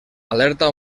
alerta